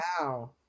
Wow